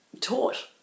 taught